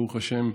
ברוך השם,